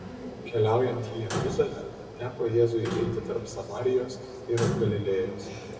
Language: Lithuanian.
keliaujant į jeruzalę teko jėzui eiti tarp samarijos ir galilėjos